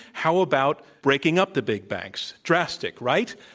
how about breaking up the big banks? drastic, right?